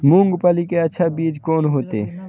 मूंगफली के अच्छा बीज कोन होते?